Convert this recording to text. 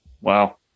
Wow